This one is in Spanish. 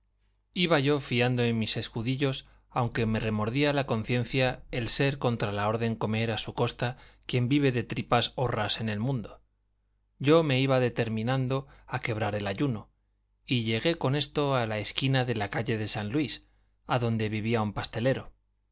iba yo fiando en mis escudillos aunque me remordía la conciencia el ser contra la orden comer a su costa quien vive de tripas horras en el mundo yo me iba determinando a quebrar el ayuno y llegué con esto a la esquina de la calle de san luis adonde vivía un pastelero